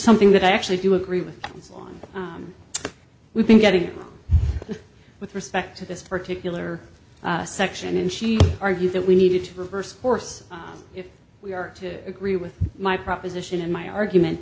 something that i actually do agree with us on we've been getting with respect to this particular section and she argued that we needed to reverse course if we are to agree with my proposition and my argument